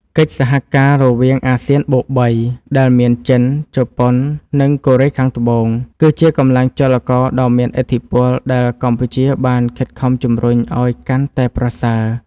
កិច្ចសហការរវាងអាស៊ានបូកបី ដែលមានចិន ជប៉ុន និងកូរ៉េខាងត្បូង គឺជាកម្លាំងចលករដ៏មានឥទ្ធិពលដែលកម្ពុជាបានខិតខំជំរុញឱ្យកាន់តែប្រសើរ។